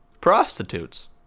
prostitutes